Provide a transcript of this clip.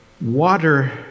water